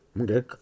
Okay